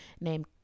named